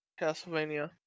Castlevania